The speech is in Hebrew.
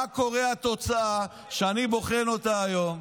אבל מה התוצאה, כשאני בוחן אותה היום,